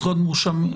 זכויות מורשים.